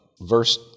verse